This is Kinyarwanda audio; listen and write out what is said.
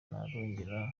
ntarongera